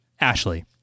Ashley